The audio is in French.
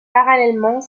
parallèlement